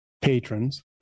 patrons